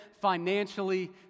financially